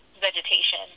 vegetation